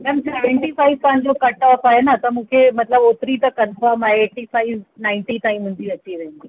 ma'am seventy five तव्हांजो cut off आहे न त मूंखे मतिलब ओतिरी त कंफ़ॉर्म आहे एटी फ़ाइव नाइनटी तांईं मुंहिंजी अची वेंदी